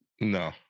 no